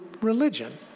religion